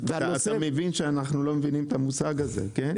אתה מבין שאנחנו לא מבינים את המושג הזה, כן?